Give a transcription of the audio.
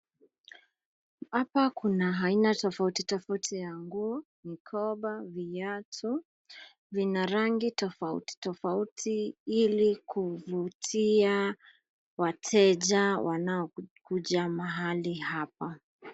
Hapa kuna aina tofauti tofauti ya nguo, mikoba, viatu, vina rangi tofauti tofauti ili kuvutia wateja wanao kuja mahali hapa.